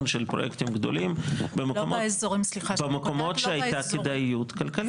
של פרויקטים גדולים במקומות שהייתה כדאיות כלכלית.